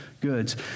goods